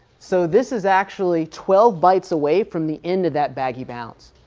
so this is actually twelve bytes away from the end of that baggy bounds.